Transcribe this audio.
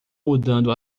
mudando